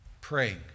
praying